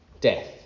Death